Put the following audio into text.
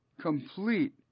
complete